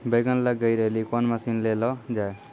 बैंगन लग गई रैली कौन मसीन ले लो जाए?